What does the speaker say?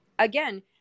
Again